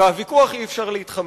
מהוויכוח אי-אפשר להתחמק.